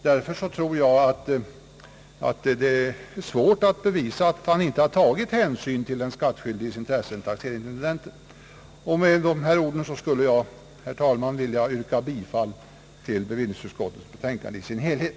Därför tror jag att det är svårt att bevisa att taxeringsintendenten inte har tagit hänsyn till den skattskyldiges intresse. Med dessa ord vill jag, herr talman, yrka bifall till bevillningsutskottets betänkande i dess helhet.